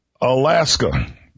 Alaska